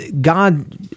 God